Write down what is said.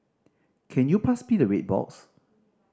can you pass me the red box